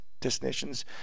destinations